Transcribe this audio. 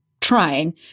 trying